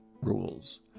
rules